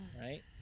right